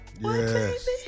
Yes